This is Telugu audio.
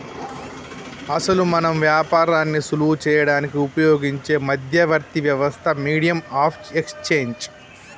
అసలు మనం వ్యాపారాన్ని సులువు చేయడానికి ఉపయోగించే మధ్యవర్తి వ్యవస్థ మీడియం ఆఫ్ ఎక్స్చేంజ్